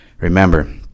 Remember